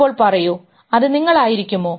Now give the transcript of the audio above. ഇപ്പോൾ പറയൂ അത് നിങ്ങളായിരിക്കുമോ